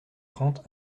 trente